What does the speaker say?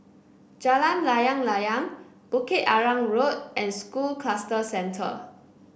Jalan Layang Layang Bukit Arang Road and School Cluster Centre